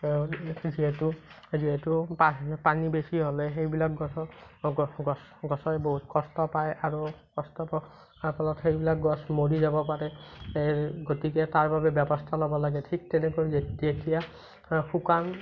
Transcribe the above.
যিহেতু যিহেতু পা পানী বেছি হ'লে সেইবিলাক গছ গছ গছ গছৰ বহুত কষ্ট পায় আৰু কষ্টৰ ফ ফলত সেইবিলাক গছ মৰি যাব পাৰে গতিকে তাৰবাবে ব্যৱস্থা ল'ব লাগে ঠিক তেনেকৈ যেতিয়া শুকান